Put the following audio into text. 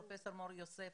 פרופ' מור יוסף,